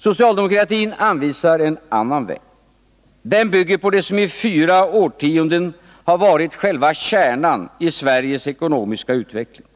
Socialdemokratin anvisar en annan väg. Den bygger på det som i fyra årtionden har varit själva kärnan i Sveriges ekonomiska utveckling: